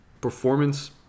performance